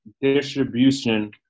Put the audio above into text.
distribution